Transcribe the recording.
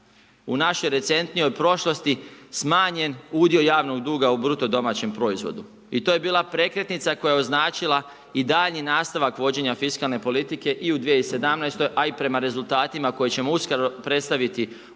u našoj recentnijoj prošlosti smanjen udio javnog duga u bruto domaćem proizvodu i to je bila prekretnica koja je označila i daljnji nastavak vođenja fiskalne politike i u 2017., a i prema rezultatima koje ćemo uskoro predstaviti